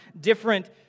different